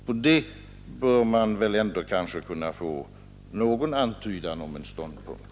På det bör man väl ändå kunna få någon antydan om en ståndpunkt.